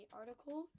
article